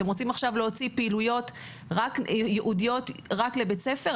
אתם רוצים עכשיו להוציא פעילויות ייעודיות רק לבית ספר?